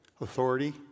authority